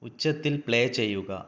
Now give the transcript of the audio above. ഉച്ചത്തിൽ പ്ലേ ചെയ്യുക